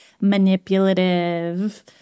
manipulative –